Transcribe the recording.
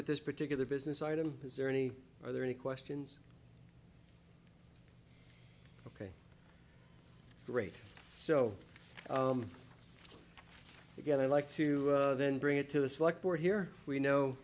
with this particular business item is there any are there any questions ok great so again i'd like to then bring it to the select board here we know